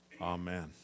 amen